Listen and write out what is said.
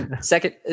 Second